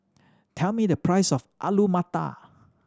tell me the price of Alu Matar